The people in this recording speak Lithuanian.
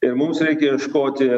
ir mums reikia ieškoti